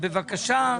בבקשה,